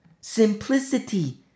Simplicity